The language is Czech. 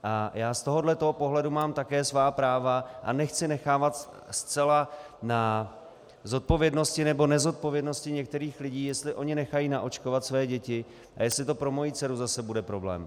A já z tohohle pohledu mám také svá práva a nechci nechávat zcela na zodpovědnosti nebo nezodpovědnosti některých lidí, jestli oni nechají naočkovat své děti a jestli to pro moji dceru zase bude problém.